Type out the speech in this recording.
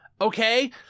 Okay